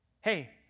Hey